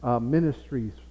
Ministries